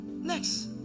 Next